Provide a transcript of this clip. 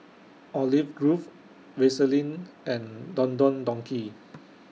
Olive Grove Vaseline and Don Don Donki